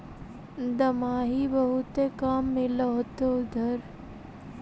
दमाहि बहुते काम मिल होतो इधर?